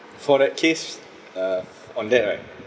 for that case uh on that right